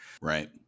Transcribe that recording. Right